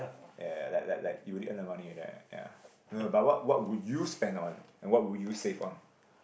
ya ya like like like you only earn the money right ya no no but what what would you spend on and what would you save on